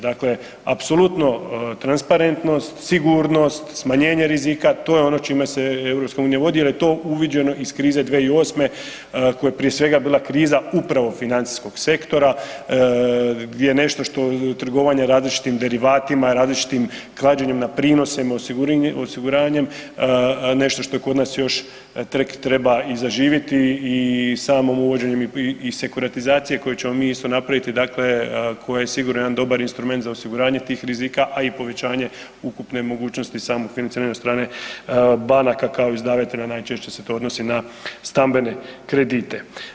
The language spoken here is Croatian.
Dakle, apsolutno transparentnost, sigurnost, smanjenje rizika, to je ono čime se EU jer je to uviđeno iz krize 2008. koja je prije svega bila kriza upravo financijskog sektora gdje nešto što trgovanje različitim derivatima, različitim klađenjem na prinose, osiguranjem, nešto što kod nas tek treba i zaživjeti i samom uvođenjem i sekuratizacije koju ćemo mi isto napraviti, dakle koja je sigurno jedan dobar instrument za osiguranje tih rizika, a i povećanje ukupne mogućnosti samog financiranja od strane banaka kao izdavatelja, najčešće se to odnosi na stambene kredite.